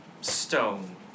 stone